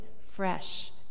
fresh